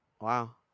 wow